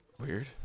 weird